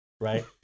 Right